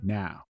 now